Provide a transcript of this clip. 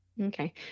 Okay